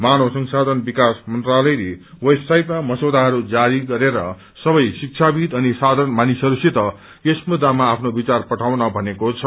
मानव संसाधन विकास मन्त्रालयले वेबसाईटमा मसीदाहरू जारी गरेर सबै श्रिक्षाविद अनि साथारण मानिसहसंसित यस मुद्दामा आफ्नो विचार पठाउन भनेको छ